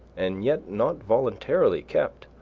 and yet not voluntarily kept,